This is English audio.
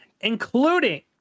including